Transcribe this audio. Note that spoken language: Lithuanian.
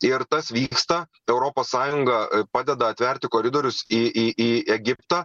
ir tas vyksta europos sąjunga padeda atverti koridorius į į į egiptą